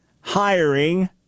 hiring